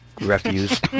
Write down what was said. refuse